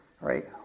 right